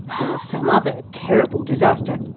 or some other terrible disaster,